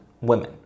women